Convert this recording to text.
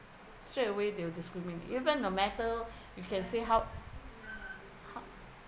straight away they will discriminate even no matter you can say how how